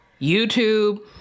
youtube